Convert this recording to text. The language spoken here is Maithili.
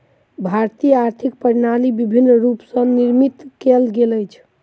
भारतीय आर्थिक प्रणाली विभिन्न रूप स निर्मित कयल गेल अछि